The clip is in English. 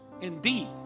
indeed